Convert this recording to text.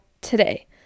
today